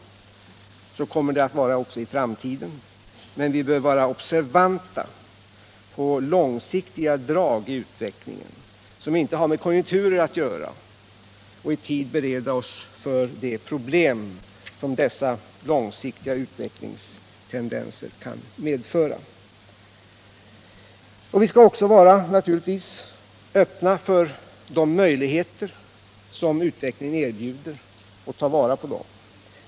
Så kommer det att vara även i framtiden, men vi bör vara observanta på långsiktiga drag i utvecklingen, som inte har med konjunkturer att göra, och i tid bereda oss för de problem som de för med sig. Vi skall naturligtvis också vara öppna för de möjligheter som utvecklingen erbjuder och ta vara på dem.